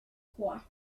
core